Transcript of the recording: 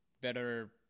better